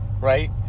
right